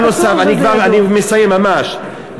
אני מסיים ממש.